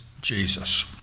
Jesus